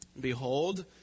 Behold